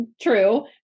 True